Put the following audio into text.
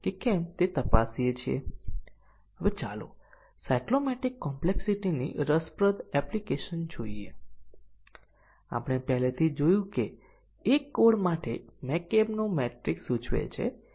અથવા બીજા શબ્દોમાં કહીએ તો પ્રોગ્રામ દ્વારા કંટ્રોલ ની રીત ફલો કરે છે